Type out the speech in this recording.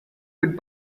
would